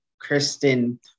Kristen